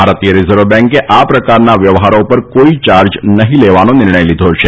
ભારતીય રિઝર્વ બેંકે આ પ્રકારના વ્યવહારો ઉપર કોઈ યાર્જ નહીં લેવાનો નિર્ણય લીધો છે